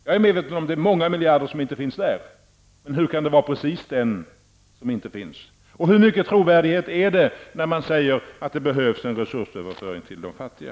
Jag är medveten om att det är många miljarder som inte finns där? Men hur kan det alltså vara precis nämnda miljard som inte finns där. Hur mycket trovärdighet kan man då tillmäta ett uttalande om att det behövs en resursöverföring till de fattiga?